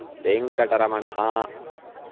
वेङ्कटरमणः